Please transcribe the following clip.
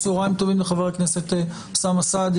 צהרים טובים לחבר הכנסת אוסאמה סעדי.